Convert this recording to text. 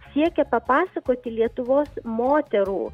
siekia papasakoti lietuvos moterų